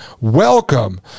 welcome